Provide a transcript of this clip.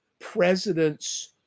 presidents